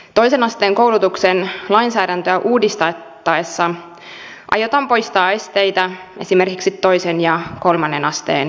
toisen asteen koulutuksen lainsäädäntöä uudistettaessa aiotaan poistaa esteitä esimerkiksi toisen ja kolmannen asteen yhteistyöltä